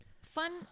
Fun